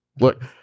Look